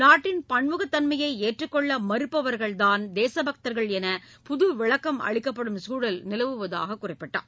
நாட்டின் பன்முகத்தன்மையை ஏற்றுக்கொள்ள மறுப்பவர்கள்தான் தேச பக்தர்கள் என்று புது விளக்கம் அளிக்கப்படும் சூழல் நிலவுவதாகக் குறிப்பிட்டார்